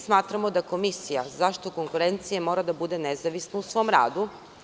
Smatramo da Komisija za zaštitu konkurencije mora da bude nezavisna u svom radu.